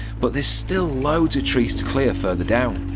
but this still loads a trees clear further down.